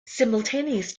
simultaneous